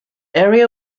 area